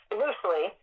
loosely